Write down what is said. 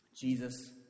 Jesus